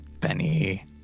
Benny